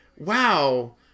wow